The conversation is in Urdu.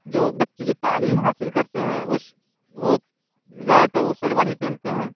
جو بچے جو تعلیم حاصل کرتے ہیں وہ وہ زیادہ تر وہ شیروانی پہنتے ہیں